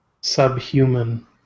subhuman